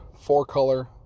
four-color